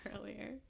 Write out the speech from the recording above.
earlier